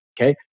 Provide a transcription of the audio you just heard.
okay